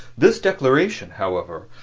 this declaration, however,